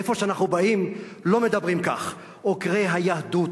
מאיפה שאנחנו באים לא מדברים כך: "עוקרי היהדות",